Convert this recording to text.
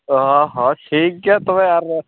ᱚᱼᱦᱚᱸ ᱴᱷᱤᱠᱜᱮᱭᱟ ᱛᱚᱵᱮ ᱟᱨ